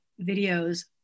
videos